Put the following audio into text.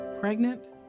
Pregnant